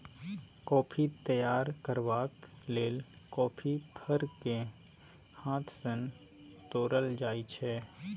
coffee तैयार करबाक लेल कॉफी फर केँ हाथ सँ तोरल जाइ छै